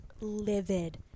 livid